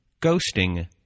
ghosting